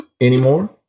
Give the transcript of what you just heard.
anymore